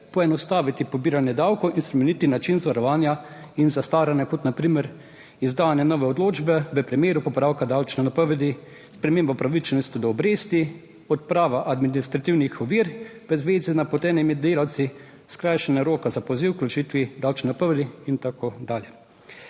poenostaviti pobiranje davkov in spremeniti način zavarovanja in zastaranja, kot na primer izdajanje nove odločbe v primeru popravka davčne napovedi, sprememba upravičenosti do obresti, odprava administrativnih ovir v zvezi z napotenimi delavci, skrajšanje roka za poziv k vložitvi davčne napovedi in tako dalje.